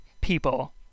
people